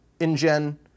InGen